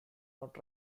not